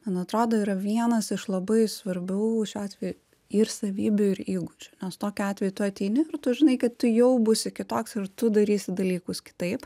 man atrodo yra vienas iš labai svarbių šiuo atveju ir savybių ir įgūdžių nes tokiu atveju tu ateini ir tu žinai kad tu jau būsi kitoks ir tu darysi dalykus kitaip